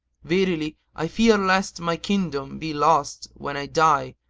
verily i fear lest my kingdom be lost when i die,